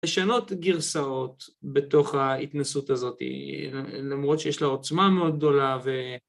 לשנות גרסאות בתוך ההתנסות הזאת, למרות שיש לה עוצמה מאוד גדולה ו...